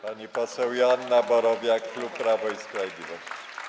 Pani poseł Joanna Borowiak, klub Prawo i Sprawiedliwość.